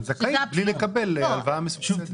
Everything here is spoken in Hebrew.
את זכאית בלי לקבל הלוואה מסובסדת.